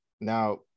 Now